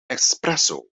espresso